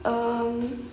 um